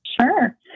Sure